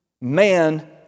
Man